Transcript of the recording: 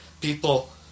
people